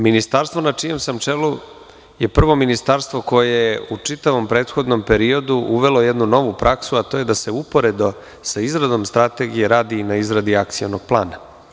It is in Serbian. Ministarstvo na čijem sam čelu je prvo ministarstvo koje je u čitavom prethodnom periodu uvelo jednu novu praksu, a to je da se uporedo sa izradom strategije radi i na izradi akcionog plana.